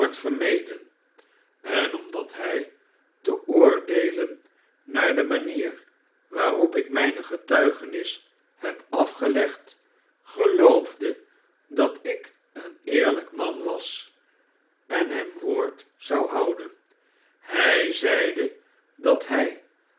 en omdat hij te oordeelen naar de manier waarop ik mijne getuigenis heb afgelegd geloofde dat ik een eerlijk man was en hem woord zou houden hij zeide dat hij